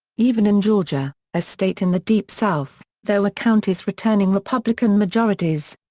even in georgia, a state in the deep south, there were counties returning republican majorities.